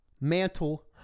mantle